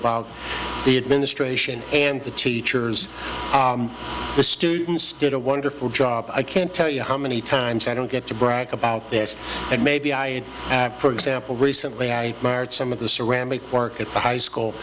about the administration and the teachers the students did a wonderful job i can't tell you how many times i don't get to brag about this but maybe i had for example recently i some of the ceramic work at the high school